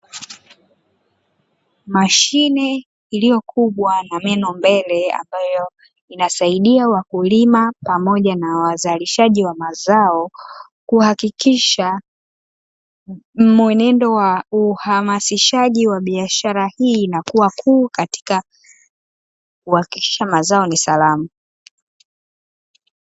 Mashine iliyo kubwa na meno mbele, ambayo inasaidia wakulima pamoja na wazalishaji wa mazao, kuhakikisha mwenendo wa uhamasishaji wa biashara hii, unakuwa mkuu katika kuhakikisha mazao ni salama.